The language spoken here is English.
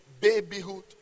babyhood